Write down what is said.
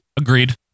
Agreed